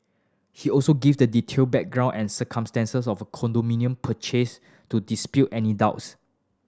he also gave the detailed background and circumstances of condominium purchase to dispel any doubts